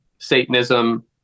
satanism